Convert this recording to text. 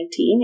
2019